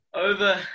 Over